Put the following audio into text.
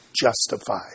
justified